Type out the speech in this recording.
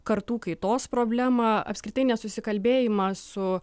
kartų kaitos problemą apskritai nesusikalbėjimą su